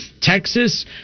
Texas